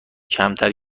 کمتر